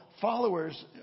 followers